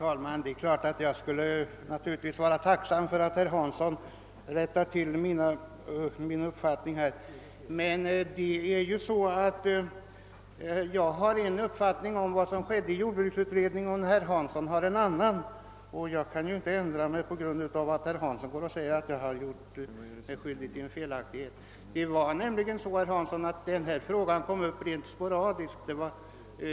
Herr talman! Jag borde kanske vara tacksam för att herr Hansson i Skegrie tycks rätta till mina uppgifter, men eftersom jag har en uppfattning om vad som skedde i jordbruksutredningen och herr Hansson har en annan, kan jag inte ändra mig på grund av att herr Hansson säger att jag har gjort mig skyldig till en felaktighet. Det var så, herr Hansson, att denna fråga kom upp rent sporadiskt i jordbruksutredningen.